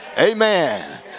Amen